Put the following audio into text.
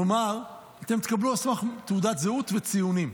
כלומר, אתם תקבלו על סמך תעודת זהות וציונים.